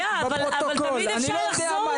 רגע, אבל תמיד אפשר לחזור לפה.